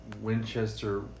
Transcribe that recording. Winchester